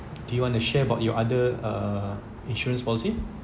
do you want to share about your other uh insurance policy